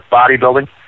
bodybuilding